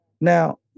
Now